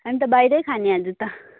अन्त बाहिरै खाने आज त